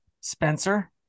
Spencer